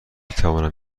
توانم